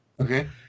Okay